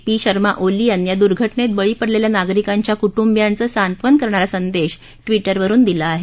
P Sharma Oli यांनी या दुर्घटनेत बळी पडलेल्या नागरिकांच्या कुटुंबियांचं सांत्वन करणारा संदेश ट्विटरवरुन दिला आहे